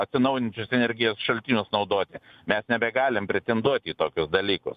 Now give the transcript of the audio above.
atsinaujinančios energijos šaltinius naudoti mes nebegalim pretenduoti į tokius dalykus